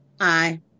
Aye